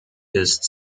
ist